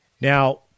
Now